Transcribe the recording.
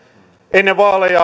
ennen vaaleja